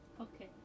Okay